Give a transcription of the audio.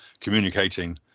communicating